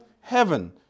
Heaven